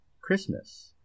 Christmas